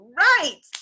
right